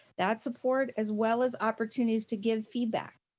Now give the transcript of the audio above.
that support as well as opportunities to give feedback